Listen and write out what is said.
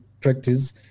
practice